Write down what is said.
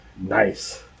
Nice